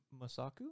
Masaku